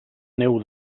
neu